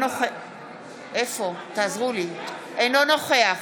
אינו נוכח